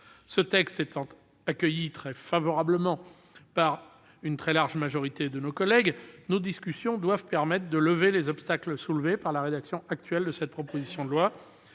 Ce texte étant accueilli très favorablement par une très large majorité de nos collègues, nos discussions doivent permettre de lever les obstacles soulevés par la rédaction actuelle de cette proposition de loi.